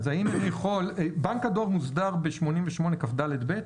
בנק הדואר מוסדר ב-88כד(ב)?